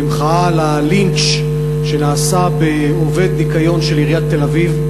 במחאה על הלינץ' שנעשה בעובד ניקיון של עיריית תל-אביב,